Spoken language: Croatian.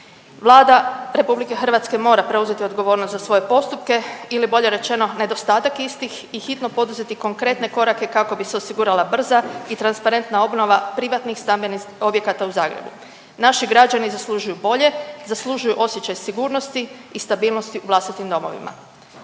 Vlada RH mora preuzeti odgovornost za svoje postupke ili bolje rečeno nedostatak istih i hitno poduzeti konkretne korake kako bi se osigurala brza i transparentna obnova privatnih stambenih objekata u Zagrebu. Naši građani zaslužuju bolje, zaslužuju osjećaj sigurnosti i stabilnosti u vlastitim domovima.